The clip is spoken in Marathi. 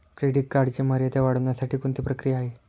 क्रेडिट कार्डची मर्यादा वाढवण्यासाठी कोणती प्रक्रिया आहे?